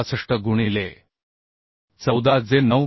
65 गुणिले 14 जे 9